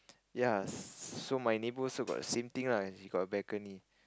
ya so my neighbour also got same thing lah he got a balcony